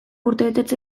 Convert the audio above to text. urtebetetze